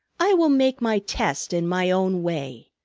i will make my test in my own way.